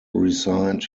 resigned